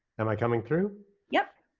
am i coming through? yep.